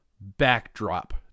backdrop